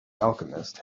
alchemist